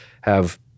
have-